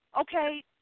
okay